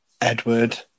Edward